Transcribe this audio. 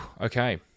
Okay